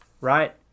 right